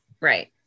Right